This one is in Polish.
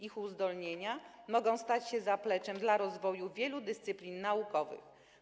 Ich uzdolnienia mogą stać się zapleczem rozwoju w wielu dyscyplinach naukowych.